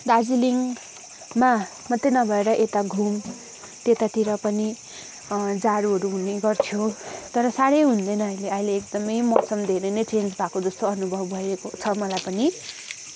दार्जिलिङमा मात्रै नभएर यता घुम त्यतातिर पनि जाडोहरू हुने गर्थ्यो तर साह्रै हुँदैन अहिले अहिले एकदमै मौसम धेरै नै चेन्ज भएको जस्तो अनुभाव भइरहेको छ मलाई पनि